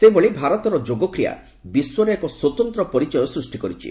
ସେହିଭଳି ଭାରତର ଯୋଗକ୍ରିୟା ବିଶ୍ୱରେ ଏକ ସ୍ୱତନ୍ତ ପରିଚୟ ସୃଷ୍ଟି କରିଛି